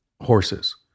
horses